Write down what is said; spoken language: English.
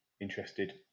interested